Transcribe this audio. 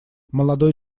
молодой